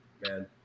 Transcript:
man